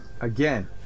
again